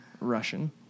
Russian